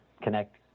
connect